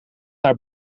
naar